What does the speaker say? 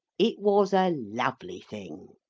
it was a lovely thing.